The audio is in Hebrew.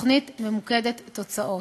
תוכנית ממוקדת תוצאות.